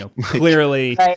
clearly